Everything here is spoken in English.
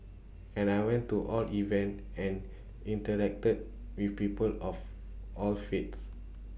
and I went to all events and interacted with people of all faiths